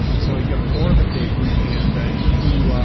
so i got a forum at dayton and you